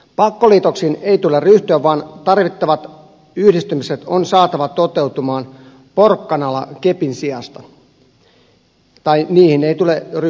pakkoliitoksiin ei tule ryhtyä vaan tarvittavat yhdistymiset on saatava toteutumaan porkkanalla kepin sijasta tai niihin ei tule ryhtyä lainkaan